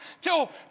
till